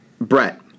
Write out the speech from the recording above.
Brett –